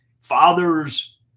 fathers